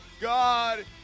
God